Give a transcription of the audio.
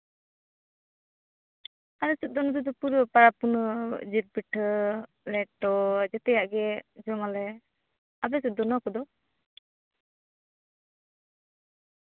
ᱟᱞᱮ ᱥᱮᱫ ᱫᱚ ᱱᱚᱛᱮ ᱫᱚ ᱯᱩᱨᱟᱹ ᱯᱟᱨᱟᱵᱽᱼᱯᱩᱱᱟᱹᱭ ᱨᱮ ᱡᱤᱞ ᱯᱤᱴᱷᱟᱹ ᱞᱮᱴᱚ ᱡᱮᱛᱮᱭᱟᱜ ᱜᱮ ᱡᱚᱢᱟᱞᱮ ᱟᱯᱮ ᱥᱮᱫ ᱫᱚ ᱱᱚᱣᱟ ᱠᱚᱫᱚ